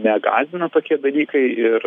negąsdina tokie dalykai ir